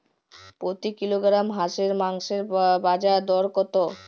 প্রতি কিলোগ্রাম হাঁসের মাংসের বাজার দর কত?